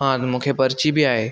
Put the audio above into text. हा मूंखे पर्ची ॿि आहे